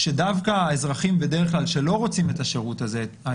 שדווקא אזרחים שלא רוצים את השירות הזה בדרך כלל,